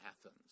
Athens